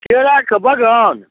केराके बगान